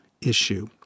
issue